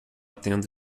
tenda